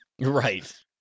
Right